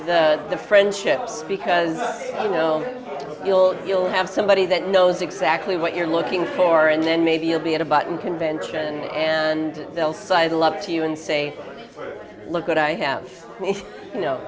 reinforces the friendships because you know you'll you'll have somebody that knows exactly what you're looking for and then maybe you'll be at a button convention and they'll size love to you and say look good i have